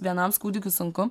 vienam su kūdikiu sunku